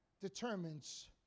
determines